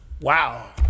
wow